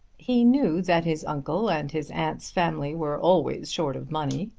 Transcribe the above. he knew that his uncle and his aunt's family were always short of money,